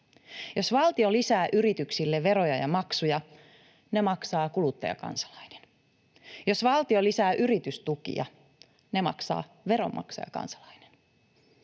Jos valtio lisää yrityksille veroja ja maksuja, ne maksaa kuluttajakansalainen. Jos valtio lisää yritystukia, ne maksaa veronmaksajakansalainen.